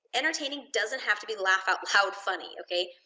entertaining doesn't have to be laugh out loud funny, okay.